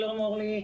שלום, אורלי.